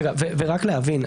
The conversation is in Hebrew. רגע, ורק להבין.